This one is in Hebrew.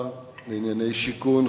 לענייני שיכון,